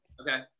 okay